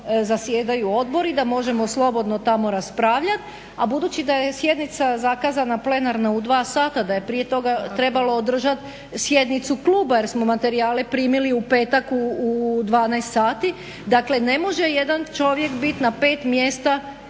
zasjedaju odbori da možemo slobodno tamo raspravljat. A budući da je sjednica zakazana plenarna u 14 sati, da je prije toga trebalo održat sjednicu kluba jer smo materijale primili u petak u 12 sati. Dakle ne može jedan čovjek biti na pet mjesta